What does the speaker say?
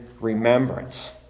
remembrance